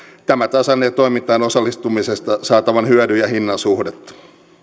tämä tasannee toimintaan osallistumisesta saatavan hyödyn ja hinnan suhdetta